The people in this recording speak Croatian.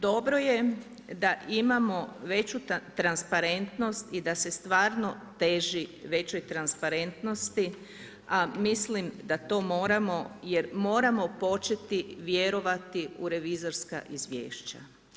Dobro je da imamo veću transparentnost i da se stvarno teći većoj transparentnosti, a mislim da to moramo jer moramo početi vjerovati u revizorska izvješća.